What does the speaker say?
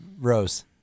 Rose